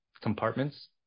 compartments